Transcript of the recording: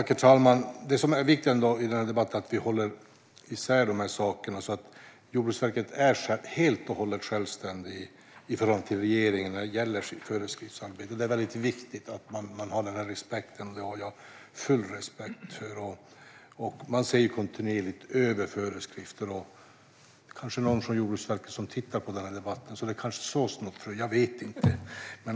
Herr talman! Det som är viktigt i debatten är att vi håller isär de här sakerna. Jordbruksverket är helt och hållet självständigt i förhållande till regeringen när det gäller föreskriftsarbetet. Det är viktigt att man har respekt för detta, och jag har denna fulla respekt. Man ser kontinuerligt över föreskrifterna. Det är kanske någon från Jordbruksverket som följer denna debatt, så det kanske sås något frö - jag vet inte.